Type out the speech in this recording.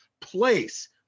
place